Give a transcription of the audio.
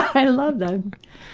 i love that!